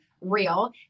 real